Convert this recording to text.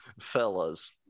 Fellas